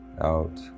out